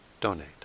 donate